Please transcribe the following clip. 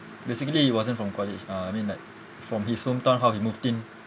basically he wasn't from college uh I mean like from his hometown how he moved in